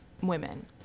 women